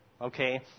okay